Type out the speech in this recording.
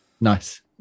Nice